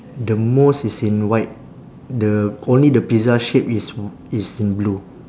the most is in white the only the pizza shape is is in blue